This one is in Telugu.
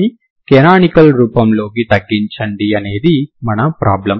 ని కనానికల్ రూపంలోకి తగ్గించండి అనేది మన ప్రాబ్లమ్